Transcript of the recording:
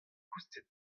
koustet